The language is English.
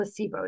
placebos